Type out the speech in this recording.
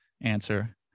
answer